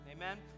Amen